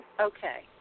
Okay